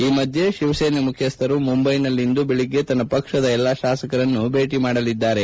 ಈ ಮಧ್ಯ ಶಿವಸೇನೆ ಮುಖ್ಯಸ್ಥರು ಮುಂಬೈನಲ್ಲಿಂದು ಬೆಳಗ್ಗೆ ತನ್ನ ಪಕ್ಷದ ಎಲ್ಲಾ ಶಾಸಕರನ್ನು ಭೇಟ ಮಾಡಲಿದ್ದಾರೆ